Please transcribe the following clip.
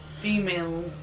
female